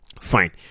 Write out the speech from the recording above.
fine